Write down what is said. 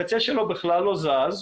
הקצה שלו בכלל לא זז,